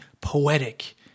poetic